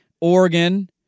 Oregon